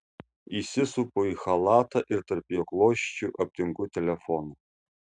įsisupu į chalatą ir tarp jo klosčių aptinku telefoną